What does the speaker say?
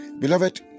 Beloved